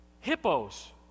Hippos